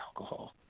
alcohol